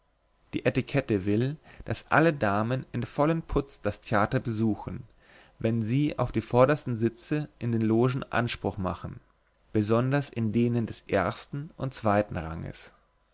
die etikette will daß alle damen im vollen putz das theater besuchen wenn sie auf die vordersten sitze in den logen anspruch machen besonders in denen des ersten und zweiten ranges